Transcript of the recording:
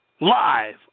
live